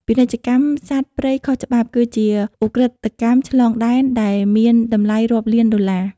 ពាណិជ្ជកម្មសត្វព្រៃខុសច្បាប់គឺជាឧក្រិដ្ឋកម្មឆ្លងដែនដែលមានតម្លៃរាប់លានដុល្លារ។